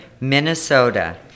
Minnesota